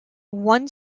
one